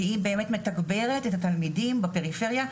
שהיא מתגברת את התלמידים בפריפריה.